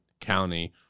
County